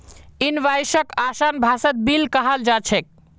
इनवॉइसक आसान भाषात बिल कहाल जा छेक